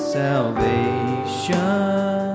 salvation